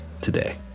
today